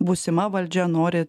būsima valdžia nori